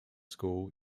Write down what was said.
school